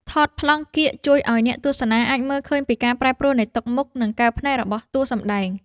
ថតប្លង់កៀកជួយឱ្យអ្នកទស្សនាអាចមើលឃើញពីការប្រែប្រួលនៃទឹកមុខ និង កែវភ្នែករបស់តួសម្ដែង។